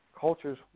cultures